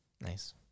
Nice